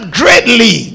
greatly